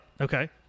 Okay